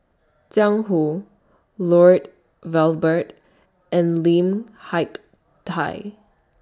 Jiang Hu Lloyd Valberg and Lim Hak Tai